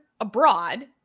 abroad